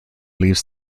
leaves